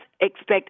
expect